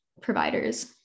providers